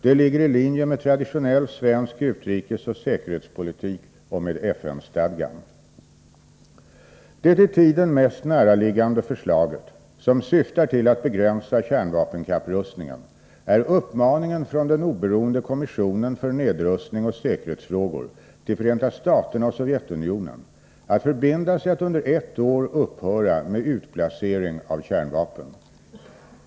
Det ligger i linje med traditionell svensk utrikesoch säkerhetspolitik och med FN-stadgan. Det i tiden mest näraliggande förslaget som syftar till att begränsa kärnvapenkapprustningen är uppmaningen från den oberoende kommissionen för nedrustning och säkerhetsfrågor till Förenta staterna och Sovjetunionen att förbinda sig att under ett år upphöra med utplacering av kärnvapen.